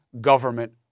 government